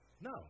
No